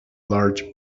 large